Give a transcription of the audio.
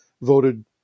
voted